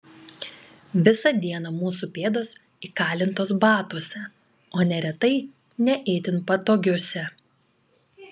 visą dieną mūsų pėdos įkalintos batuose o neretai ne itin patogiuose